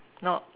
not